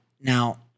Now